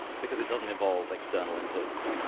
because it doesn't involve external inputs,